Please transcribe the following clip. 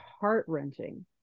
heart-wrenching